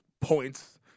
points